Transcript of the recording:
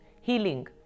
healing